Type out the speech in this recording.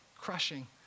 crushing